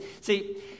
See